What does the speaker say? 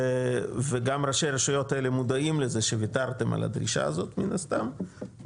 וגם ראשי הרשויות האלה מודעים לזה שוויתרתם אל הדרישה הזאת מן הסתם.